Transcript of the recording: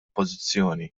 oppożizzjoni